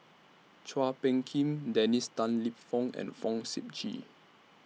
Chua Phung Kim Dennis Tan Lip Fong and Fong Sip Chee